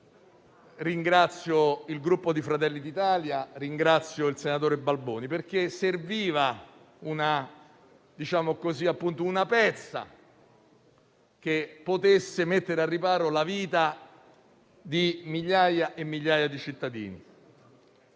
ragione il Gruppo Fratelli d'Italia e il senatore Balboni; serviva una pezza che potesse mettere al riparo la vita di migliaia e migliaia di cittadini.